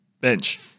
bench